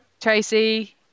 Tracy